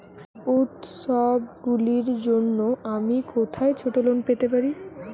উত্সবগুলির জন্য আমি কোথায় ছোট ঋণ পেতে পারি?